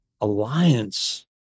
alliance